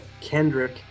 Kendrick